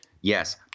Yes